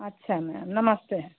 अच्छा मैम नमस्ते